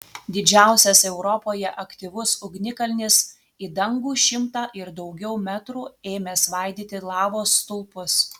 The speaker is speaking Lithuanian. didžiausias europoje aktyvus ugnikalnis į dangų šimtą ir daugiau metrų ėmė svaidyti lavos stulpus